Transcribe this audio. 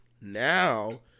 now